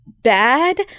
bad